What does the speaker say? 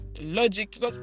logic